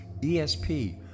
ESP